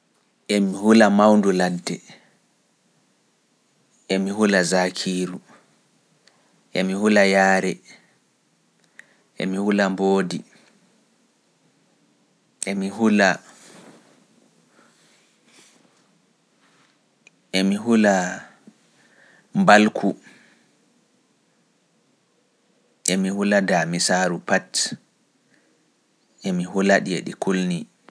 Emi hula mawndu ladde, emi hula zakiiru, emi hula yaare, emi hula mboodi, emi hula mbalku, emi hula daamisaaru pat, emi hula ɗi e ɗi kulni.